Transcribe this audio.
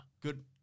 Good